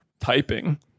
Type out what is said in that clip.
typing